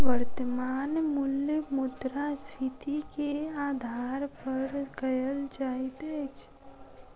वर्त्तमान मूल्य मुद्रास्फीति के आधार पर कयल जाइत अछि